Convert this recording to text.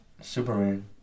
Superman